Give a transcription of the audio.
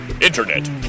Internet